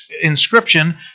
inscription